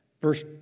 Verse